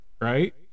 right